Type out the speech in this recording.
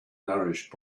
nourished